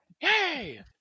Yay